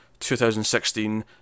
2016